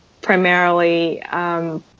primarily